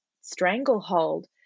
stranglehold